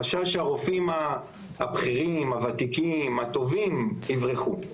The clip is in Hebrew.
חשש שהרופאים הבכירים, הוותיקים, הטובים, יברחו.